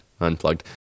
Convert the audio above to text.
Unplugged